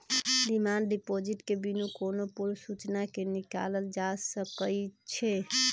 demand deposit के बिनु कोनो पूर्व सूचना के निकालल जा सकइ छै